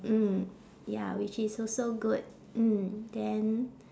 mm ya which is also good mm then